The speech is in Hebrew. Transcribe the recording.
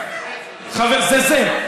זה זה.